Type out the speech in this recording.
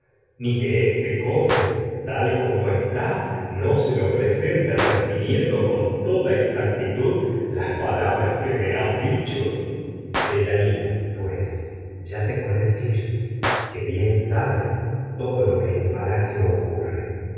ni este cofre con tal como está lo presente que me refiriendo toda exactitud las pala bras has dicho deyanira pues ya te puedes ir que bien sabes todo lo que en palacio ocurre